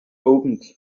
opened